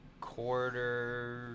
quarter